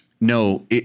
no